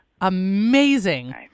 Amazing